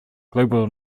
global